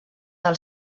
del